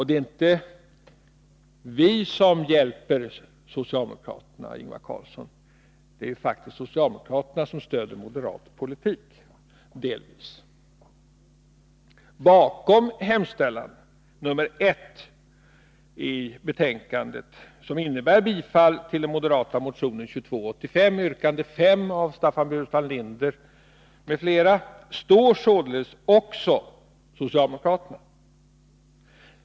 Det är inte vi som hjälper socialdemokraterna, Ingvar Karlsson, det är faktiskt socialdemokraterna som delvis stöder moderat politik. Bakom arbetsmarknadsutskottets hemställan under mom. 1 i betänkandet om ett bifall till den moderata motionen 2285, yrkande 5, av Staffan Burenstam Linder m.fl. står således också socialdemokraterna.